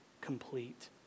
complete